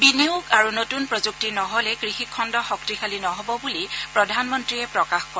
বিনিয়োগ আৰু নতুন প্ৰযুক্তি নহ'লে কৃষি খণ্ড শক্তিশালী নহব বুলি প্ৰধানমন্ত্ৰীয়ে প্ৰকাশ কৰে